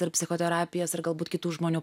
ir psichoterapijas ir galbūt kitų žmonių